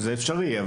זה אפשרי.